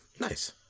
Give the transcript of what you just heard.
Nice